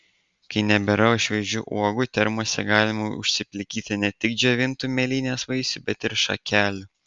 kai nebėra šviežių uogų termose galima užsiplikyti ne tik džiovintų mėlynės vaisių bet ir šakelių